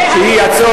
נתקבלה.